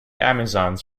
amazons